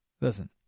Listen